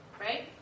Right